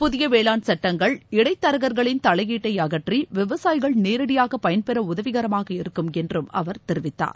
புதிய வேளாண் சட்டங்கள் இடைத்தரகர்களின் தலையீட்டை அகற்றி விவசாயிகள் நேரடியாக பயன்பெற உதவிகரமாக இருக்கும் என்றும் அவர் தெரிவித்தார்